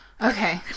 Okay